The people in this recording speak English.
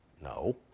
No